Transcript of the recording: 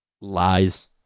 Lies